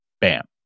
Bam